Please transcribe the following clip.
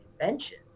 invention